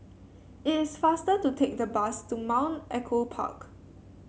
it is faster to take the bus to Mount Echo Park